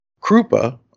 Krupa